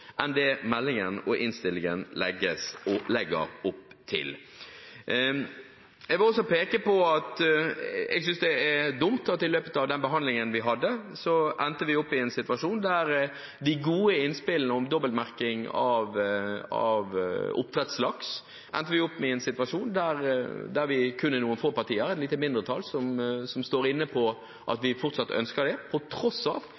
enn det meldingen og innstillingen legger opp til. Jeg vil også peke på at jeg synes det er dumt at vi i løpet av den behandlingen vi hadde, endte opp i en situasjon når det gjelder de gode innspillene om dobbeltmerking av oppdrettslaks, der det kun er noen få partier, et lite mindretall, som fortsatt ønsker det, på tross av